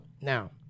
Now